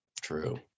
True